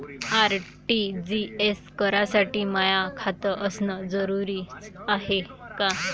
RTGS करासाठी माय खात असनं जरुरीच हाय का?